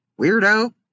Weirdo